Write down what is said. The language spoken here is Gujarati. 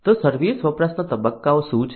તો સર્વિસ વપરાશના તબક્કાઓ શું છે